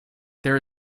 there